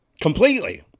completely